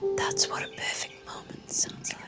that's what a perfect moment sounds